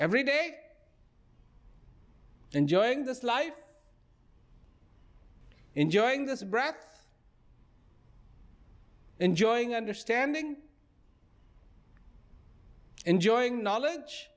everyday enjoying this life enjoying this breath enjoying understanding enjoying knowledge